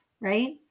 right